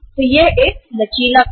तो यह एक आसानी से उपलब्ध लचीला खाता है